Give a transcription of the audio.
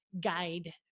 guide